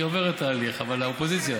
היא עוברת תהליך, אבל האופוזיציה?